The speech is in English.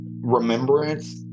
remembrance